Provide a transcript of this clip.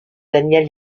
danièle